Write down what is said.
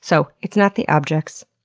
so it's not the objects,